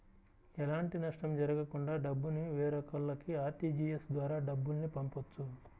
ఎలాంటి నష్టం జరగకుండా డబ్బుని వేరొకల్లకి ఆర్టీజీయస్ ద్వారా డబ్బుల్ని పంపొచ్చు